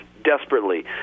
desperately